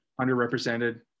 underrepresented